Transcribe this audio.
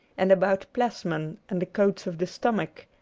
and about plasmon and the coats of the stomach,